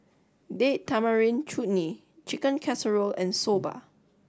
date Tamarind Chutney Chicken Casserole and Soba